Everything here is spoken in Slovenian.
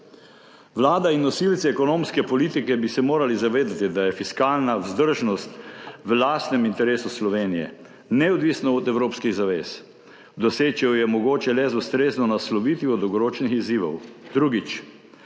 vlada in nosilci ekonomske politike bi se morali zavedati, da je fiskalna vzdržnost v lastnem interesu Slovenije neodvisna od evropskih zavez, doseči jo je mogoče le z ustrezno naslovitvijo dolgoročnih izzivov. Drugič,